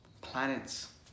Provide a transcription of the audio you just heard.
Planets